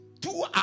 two